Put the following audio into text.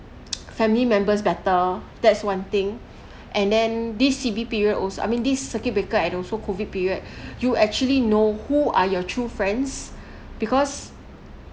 family members better that's one thing and then this C_B period also I mean this circuit breaker and also COVID period you actually know who are your true friends because